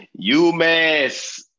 UMass